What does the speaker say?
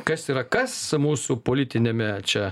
kas yra kas mūsų politiniame čia